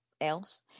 else